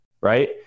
right